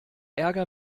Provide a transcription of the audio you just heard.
ärger